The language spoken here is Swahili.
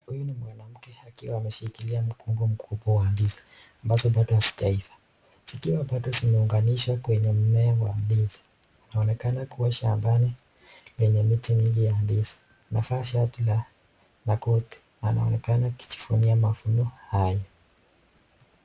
Huyu ni mwanamke akiwa ameshikilia mkungu mkubwa wa ndizi ambazo bado hazijeiva. Zikiwa bado zimeunganishwa kwenye mmea wa ndizi anaoneka kuwa shambani lenye miti mingi ya ndizi. Amevaa shati na koti. anaonekana akijivunia mavuno hayo.